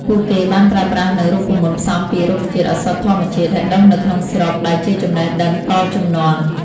ពួកគេបានប្រើប្រាស់នូវរូបមន្តផ្សំពី រុក្ខជាតិឱសថធម្មជាតិ ដែលដុះនៅក្នុងស្រុក ដែលជាចំណេះដឹងតជំនាន់។